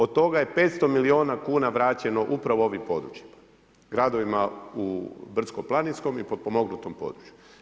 Od toga je 500 miliona vraćeno upravo ovim područjima, gradovima u brdsko-planinskom i potpomognutom području.